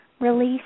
release